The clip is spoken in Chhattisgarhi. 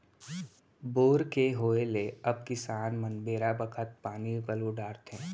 बोर के होय ले अब किसान मन बेरा बखत पानी पलो डारथें